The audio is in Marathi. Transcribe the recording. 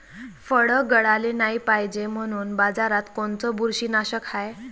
फळं गळाले नाही पायजे म्हनून बाजारात कोनचं बुरशीनाशक हाय?